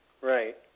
Right